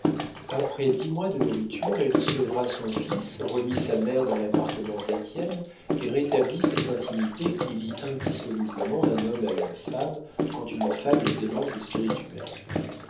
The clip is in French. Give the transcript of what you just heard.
après dix mois de nourriture elle sevra son fils remit sa mère dans l'appartement d'étienne et rétablit cette intimité qui lie indissolublement un homme à une femme quand une femme est aimante et spirituelle